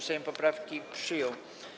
Sejm poprawki przyjął.